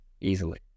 Easily